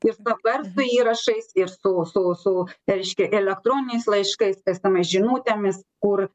ir su garso įrašais ir su su su reiškia elektroniniais laiškais esames žinutėmis kur